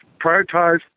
Prioritize